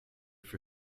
for